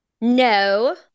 No